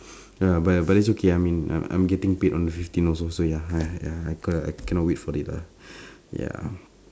ya but but it's okay I mean I'm getting paid on fifteenth also so ya ya I cannot cannot wait for it lah ya